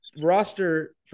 roster